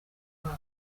wabo